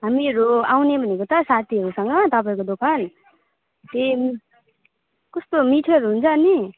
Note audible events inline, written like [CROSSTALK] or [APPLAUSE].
हामीहरू आउने भनेको त साथीहरूसँग तपाईँको दोकान [UNINTELLIGIBLE] कोस्तो मिठोहरू हुन्छ अनि